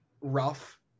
rough